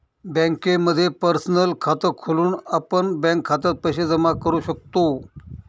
बँकेमध्ये पर्सनल खात खोलून आपण बँक खात्यात पैसे जमा करू शकतो